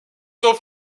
sont